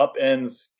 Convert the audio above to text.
upends